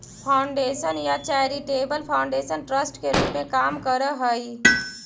foundation या charitable foundation trust के रूप में काम करऽ हई